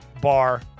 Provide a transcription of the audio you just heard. bar